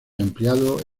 ampliado